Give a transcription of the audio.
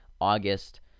August